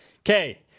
Okay